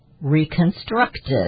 reconstructed